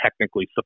technically